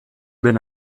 ben